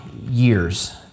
years